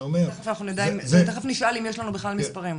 תכף נשאל אם יש לנו בכלל מספרים.